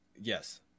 yes